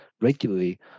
regularly